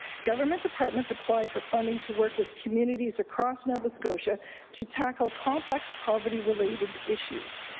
government departments apply for funding to work with communities across nova scotia to tackle complex poverty-related issues.